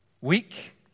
weak